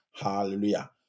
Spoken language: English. Hallelujah